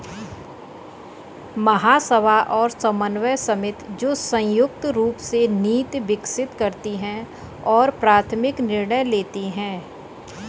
महासभा और समन्वय समिति, जो संयुक्त रूप से नीति विकसित करती है और प्राथमिक निर्णय लेती है